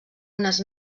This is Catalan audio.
unes